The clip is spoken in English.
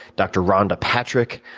dr. rhonda patrick,